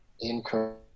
Incorrect